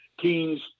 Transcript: teens